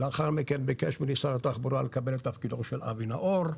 לאחר מכן ביקש ממני שר התחבורה לקבל את תפקידו של אבי נאור.